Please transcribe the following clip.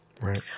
right